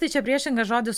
tai čia priešingas žodis